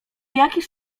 jakiż